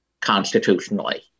constitutionally